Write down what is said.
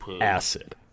Acid